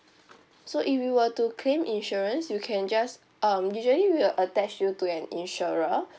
so if you were to claim insurance you can just um usually we will attach you to an insurer